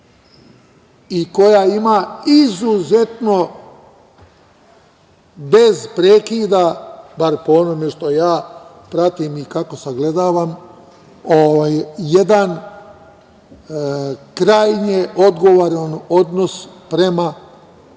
i koja ima izuzetno bez prekida, bar po onome što ja pratim i kako sagledavam, jedan krajnje odgovoran odnos prema